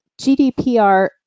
GDPR